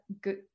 good